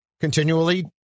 continually